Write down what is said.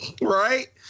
right